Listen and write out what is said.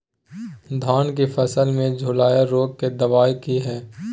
धान की फसल में झुलसा रोग की दबाय की हय?